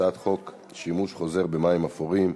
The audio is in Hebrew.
הצעת חוק שימוש חוזר במים אפורים,